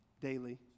Daily